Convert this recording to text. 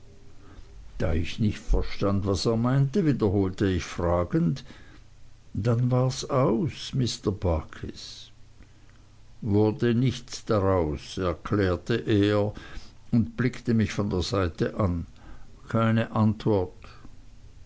da ich nicht verstand was er meinte wiederholte ich fragend dann wars aus mr barkis wurde nichts draus erklärte er und blickte mich von der seite an keine antwort